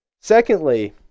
Secondly